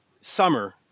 summer